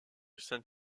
saint